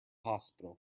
hospital